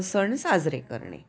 सण साजरे करणे